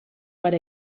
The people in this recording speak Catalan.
per